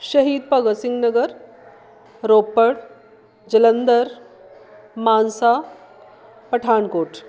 Shaheed Bhagat Singh Nagar Ropar Jalandhar Mansa Pathankot